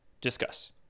discuss